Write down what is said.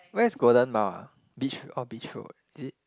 where's Golden-Mile ah beach road Beach Road is it